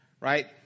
right